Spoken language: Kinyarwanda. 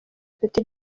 ipeti